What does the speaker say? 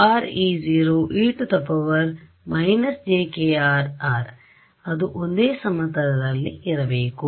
rಅದುಒಂದೇ ಸಮತಲದಲ್ಲಿರಬೇಕು